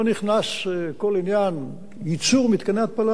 עניין ייצור מתקני ההתפלה למסלול כמו שצריך.